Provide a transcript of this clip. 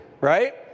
right